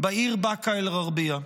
בעיר באקה אל-גרבייה.